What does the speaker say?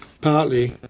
Partly